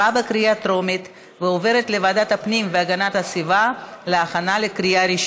לוועדת הפנים והגנת הסביבה נתקבלה.